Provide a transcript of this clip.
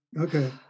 Okay